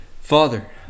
Father